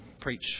preach